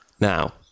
Now